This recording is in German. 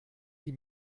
die